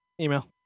Email